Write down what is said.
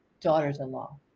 daughters-in-law